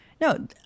no